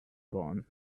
born